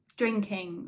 drinking